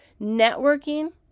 Networking